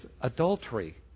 adultery